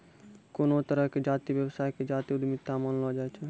कोनो तरहो के जातीय व्यवसाय के जातीय उद्यमिता मानलो जाय छै